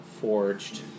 forged